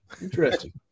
Interesting